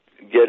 get